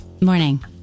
Morning